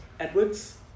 Edwards